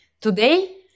Today